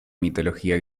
mitología